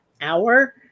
hour